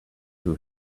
who